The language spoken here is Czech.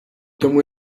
tomu